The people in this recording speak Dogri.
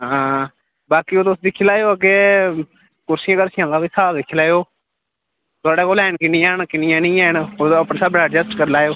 हां हां बाकी तुस ओह् दिक्खी लैएओ अग्गे कुर्सियें कर्सियें दा बी स्हाब दिक्खी लैएओ थुआढ़ै कोल हैन किन्नियां न किन्नियां निं हैन ओह्दे उप्पर स्हाबै एडजस्ट करी लैएओ